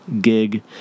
gig